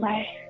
Bye